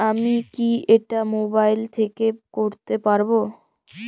আমি কি এটা মোবাইল থেকে করতে পারবো?